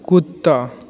कुत्ता